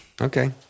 Okay